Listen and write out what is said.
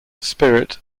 spirit